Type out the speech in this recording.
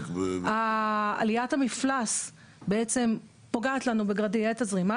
עליית המפלס בעצם פוגעת לנו בגרדיאנט הזרימה,